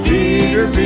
Peter